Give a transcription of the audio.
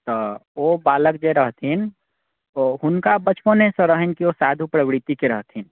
तऽ ओ बालक जे रहथिन ओ हुनका बचपनेसँ रहनि कि ओ साधू प्रवृतिके रहथिन